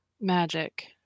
Magic